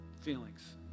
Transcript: feelings